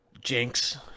Jinx